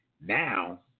Now